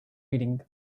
reading